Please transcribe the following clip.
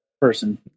person